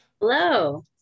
Hello